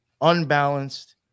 unbalanced